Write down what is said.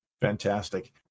Fantastic